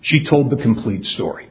she told the complete story